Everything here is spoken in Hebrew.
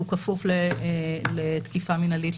שהוא כפוף לתקיפה מנהלית,